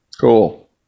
Cool